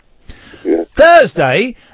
Thursday